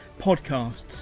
podcasts